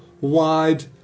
wide